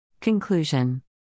Conclusion